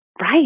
Right